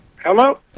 Hello